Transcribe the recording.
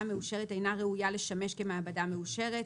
המאושרת אינה ראויה לשמש כמעבדה מאושרת,